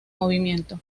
movimiento